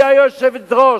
היא היושבת-ראש.